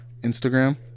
instagram